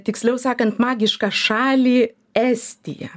tiksliau sakant magišką šalį estija